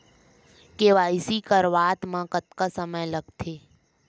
KYC करवात म कतका समय लगथे?